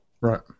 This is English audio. Right